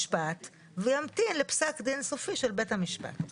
הייעוץ המשפטי הוא גם סוג של חותמת גומי בעניין הזה.